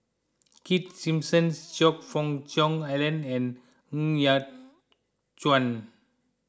Keith Simmons Choe Fook Cheong Alan and Ng Yat Chuan